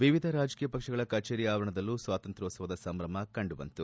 ವಿವಿಧ ರಾಜಕೀಯ ಪಕ್ಷಗಳ ಕಚೇರಿ ಆವರಣದಲ್ಲೂ ಸ್ವಾತಂತ್ರ್ಯೋತ್ಸವದ ಸಂಭ್ರಮ ಕಂಡು ಬಂತು